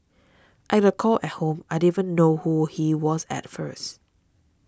I got a call at home I didn't even know who he was at first